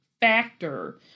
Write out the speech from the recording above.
factor